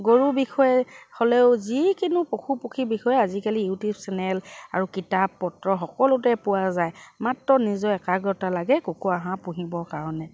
গৰু বিষয়ে হ'লেও যিকোনো পশুপক্ষী বিষয়ে আজিকালি ইউটিউব চেনেল আৰু কিতাপ পত্ৰ সকলোতে পোৱা যায় মাত্ৰ নিজৰ একাগ্ৰতা লাগে কুকুৰা হাঁহ পুহিবৰ কাৰণে